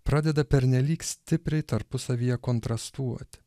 pradeda pernelyg stipriai tarpusavyje kontrastuoti